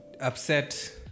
upset